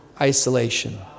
isolation